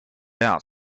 out